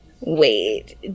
Wait